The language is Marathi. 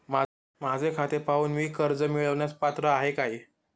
माझे खाते पाहून मी कर्ज मिळवण्यास पात्र आहे काय?